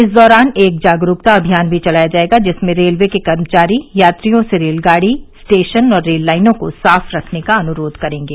इस दौरान एक जागरूकता अभियान भी चलाया जाएगा जिसमें रेलवे के कर्मचारी यात्रियों से रेलगाड़ी स्टेशन और रेललाइनों को साफ रखने का अनुरोध करेंगे